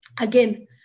again